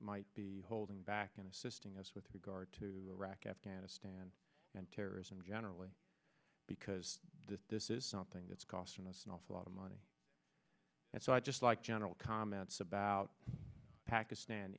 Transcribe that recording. might be holding back in assisting us with regard to iraq afghanistan and terrorism generally because this is something that's costing us an awful lot of money and so i just like general comments about pakistan ind